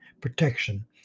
protection